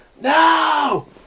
No